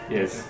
Yes